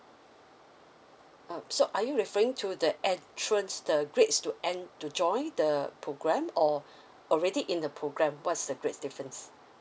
uh so are you referring to the entrance the grades to en~ to join the programme or already in the programme what's the grade difference